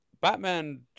Batman